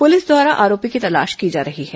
police द्वारा आरोपी की तलाश की जा रही है